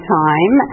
time